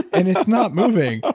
and it's not moving. ah